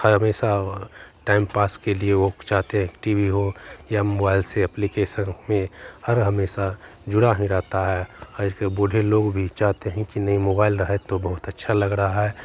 हर हमेशा टाइमपास के लिए वह चाहते हैं कि टी वी हो या मोबाइल में एप्लिकेशन हो हर हमेशा जुड़ा ही रहता है आजकल बूढ़े लोग भी चाहते हैं कि नहीं मोबाइल रहे तो बहुत अच्छा लग रहा है